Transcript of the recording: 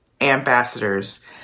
ambassadors